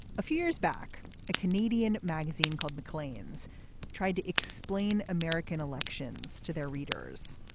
a few years back a canadian magazine called maclean's tried to explain american elections to their readers.